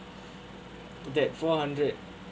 to get four hundred